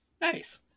Nice